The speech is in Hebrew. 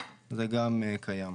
זה גם קיים.